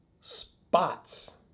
spots